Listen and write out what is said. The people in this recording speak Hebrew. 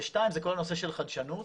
שניים, זה כל הנושא של חדשנות.